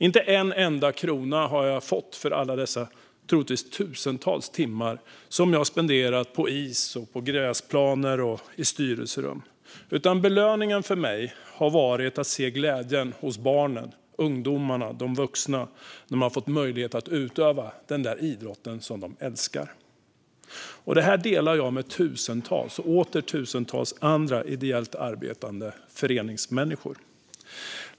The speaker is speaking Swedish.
Inte en enda krona har jag fått för de troligtvis tusentals timmar jag spenderat på is och gräsplaner och i styrelserum. För mig har belöningen varit att se glädjen hos barnen, ungdomarna och de vuxna när de har fått möjlighet att utöva den idrott de älskar. Detta delar jag med tusentals och åter tusentals andra ideellt arbetande föreningsmänniskor.